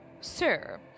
Sir